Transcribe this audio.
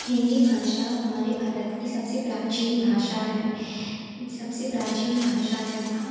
हिन्दी भाषा हमारे भारत की सबसे प्राचीन भाषा हैं सबसे प्राचीन भाषा हैं भा